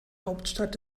hauptstadt